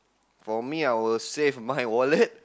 for me I would save my wallet